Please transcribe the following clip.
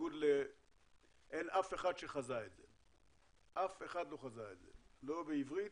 אין אף אחד שחזה את זה, לא בעברית,